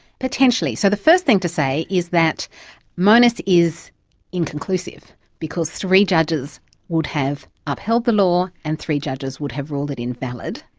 potentially. so, the first thing to say is that monis is inconclusive because three judges would have upheld the law and three judges would have ruled it invalid,